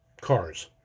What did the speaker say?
cars